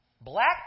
black